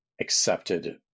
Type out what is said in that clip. accepted